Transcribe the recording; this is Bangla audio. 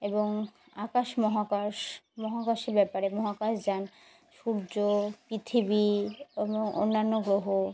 এবং আকাশ মহাকাশ মহাকাশের ব্যাপারে মহাকাশ যান সূর্য পৃথিবী এবং অন্যান্য গ্রহ